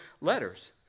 letters